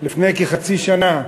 לפני כחצי שנה,